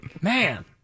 Man